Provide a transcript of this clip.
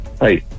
hi